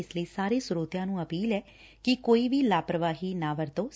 ਇਸ ਲਈ ਸਾਰੇ ਸਰੋਤਿਆਂ ਨੂੰ ਅਪੀਲ ਐ ਕਿ ਕੋਈ ਵੀ ਲਾਪਰਵਾਹੀ ਨਾ ਵਰਤੋ'